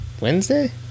Wednesday